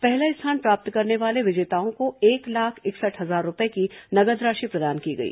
पहला स्थान प्राप्त करने वाले विजेताओं को एक लाख इकसठ हजार रूपये की नगद राशि प्रदान की गई